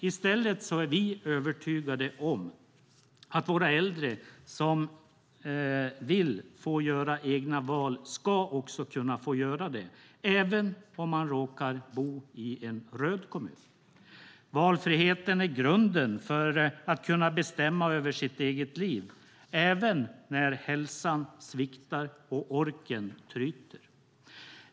I stället är vi övertygade om att våra äldre som vill få göra egna val också ska kunna få göra det, även om man råkar bo i en röd kommun. Valfriheten är grunden för att kunna bestämma över sitt eget liv, även när hälsan sviktar och orken tryter.